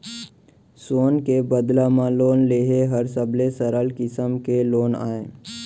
सोन के बदला म लोन लेहे हर सबले सरल किसम के लोन अय